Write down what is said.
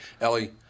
Ellie